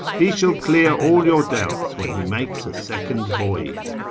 he shall clear all your doubts when he makes a second voyage.